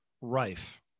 rife